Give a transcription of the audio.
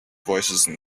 voicesand